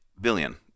billion